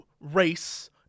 race